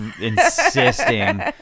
insisting